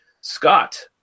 Scott